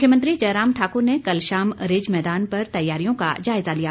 मुख्यमंत्री जयराम ठाकुर ने कल शाम रिज मैदान पर तैयारियों का जायजा लिया